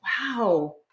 Wow